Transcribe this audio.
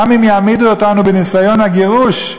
גם אם יעמידו אותנו בניסיון הגירוש,